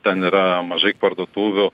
ten yra mažai parduotuvių